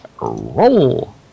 roll